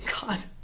God